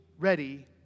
ready